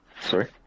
Sorry